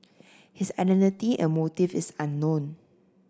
his identity and motive is unknown